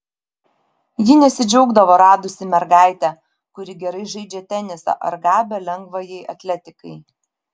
ji nesidžiaugdavo radusi mergaitę kuri gerai žaidžia tenisą ar gabią lengvajai atletikai